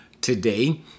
today